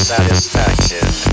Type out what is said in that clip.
Satisfaction